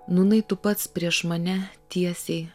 nūnai tu pats prieš mane tiesiai